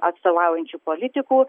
atstovaujančių politikų